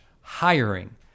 hiring